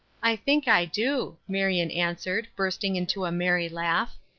i think i do, marion answered, bursting into a merry laugh.